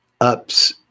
ups